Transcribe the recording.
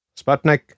Sputnik